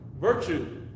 virtue